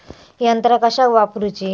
यंत्रा कशाक वापुरूची?